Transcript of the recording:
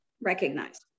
recognize